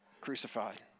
crucified